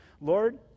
Lord